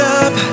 up